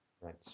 Right